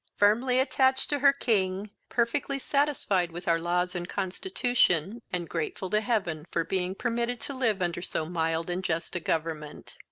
firmly attached to her king, perfectly satisfied with our laws and constitution, and grateful to heaven for being permitted to live under so mild and just a government.